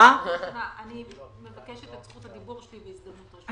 אני מבקשת את זכות הדיבור שלי בהזדמנות הראשונה.